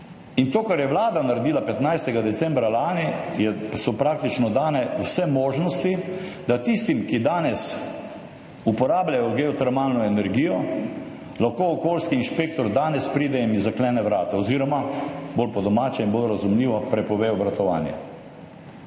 in to, kar je Vlada naredila 15. decembra lani, so praktično dane vse možnosti, da lahko pride k tistim, ki danes uporabljajo geotermalno energijo, okoljski inšpektor in jim zaklene vrata oziroma bolj po domače in bolj razumljivo, prepove obratovanje.